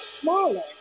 Smaller